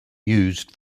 used